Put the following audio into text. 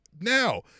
Now